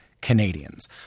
Canadians